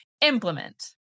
implement